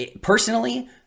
Personally